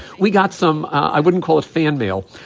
we got some, i wouldn't call it fan mail,